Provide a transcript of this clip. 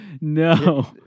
No